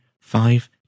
five